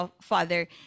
Father